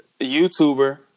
YouTuber